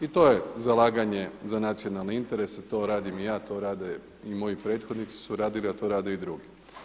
I to je zalaganje za nacionalne interese, to radim i ja, to rade i moji prethodnici su radili, a to rade i drugi.